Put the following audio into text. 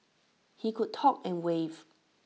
he could talk and wave